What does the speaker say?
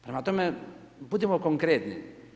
Prema tome, budimo konkretni.